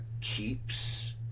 keeps